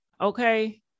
okay